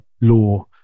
law